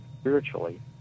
spiritually